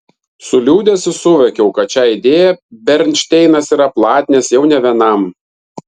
su liūdesiu suvokiau kad šią idėją bernšteinas yra platinęs jau ne vienam